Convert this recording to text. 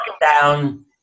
down